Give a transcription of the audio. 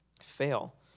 fail